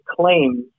claims